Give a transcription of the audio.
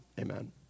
amen